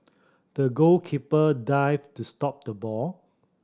the goalkeeper dived to stop the ball